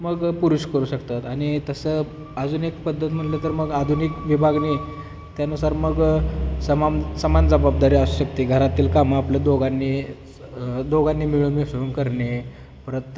मग पुरुष करू शकतात आणि तसं आधुनिक पद्धत म्हटलं तर मग आधुनिक विभागणी त्यानुसार मग समान समान जबाबदारी असू शकतात घरातील कामं आपल्या दोघांनी दोघांनी मिळून मिसळून करणे परत